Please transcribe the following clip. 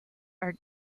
are